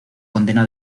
condena